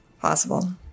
Possible